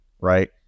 right